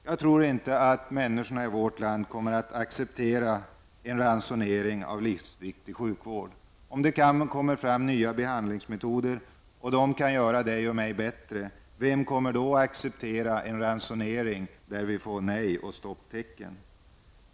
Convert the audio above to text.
Jag tror inte att människorna i vårt land kommer att acceptera ransonering av livsviktig sjukvård. Om det utvecklas nya behandlingsmetoder som gör dig och mig bättre, vem kommer då att acceptera en ransonering som innebär att vi får nej och stopptecken?